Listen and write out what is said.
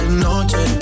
noche